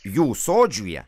jų sodžiuje